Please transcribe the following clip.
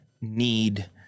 need